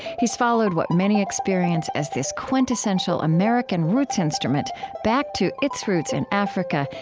he's followed what many experience as this quintessential american roots instrument back to its roots in africa,